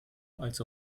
als